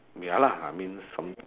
ya lah I mean some